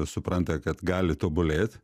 supranta kad gali tobulėt